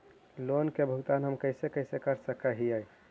Loan के भुगतान हम कैसे कैसे कर सक हिय?